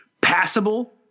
passable